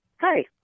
Hi